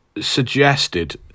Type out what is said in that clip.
suggested